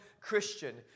Christian